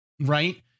Right